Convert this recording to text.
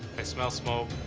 i smell smoke.